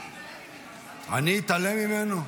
אני אתעלם ממנו?